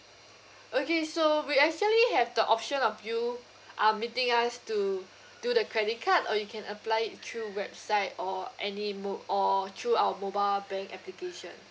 okay so we actually have the option of you uh meeting us to do the credit card or you can apply it through website or any mo~ or through our mobile bank application